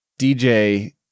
DJ